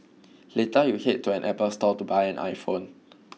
later you head to an Apple store to buy an iPhone